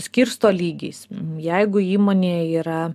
skirsto lygiais jeigu įmonėje yra